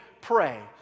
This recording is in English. pray